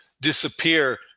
disappear